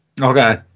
Okay